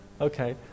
Okay